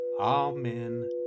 Amen